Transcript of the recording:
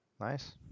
Nice